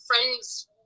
friends